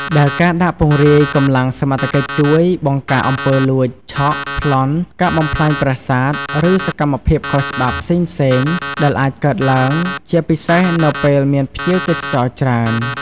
ដែលការដាក់ពង្រាយកម្លាំងសមត្ថកិច្ចជួយ បង្ការអំពើលួច ឆក់ ប្លន់ ការបំផ្លាញប្រាសាទ ឬសកម្មភាពខុសច្បាប់ផ្សេងៗ ដែលអាចកើតឡើង ជាពិសេសនៅពេលមានភ្ញៀវទេសចរណ៍ច្រើន។